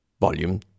volume